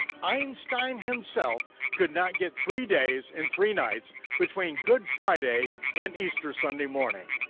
einstein himself could not get three days and three nights between good friday and easter sunday morning.